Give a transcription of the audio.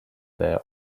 there